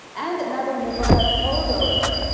and another mubarak holdover,